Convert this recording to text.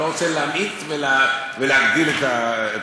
אני לא רוצה להמעיט ולהגדיל את הבעיה.